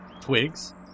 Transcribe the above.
twigs